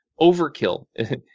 overkill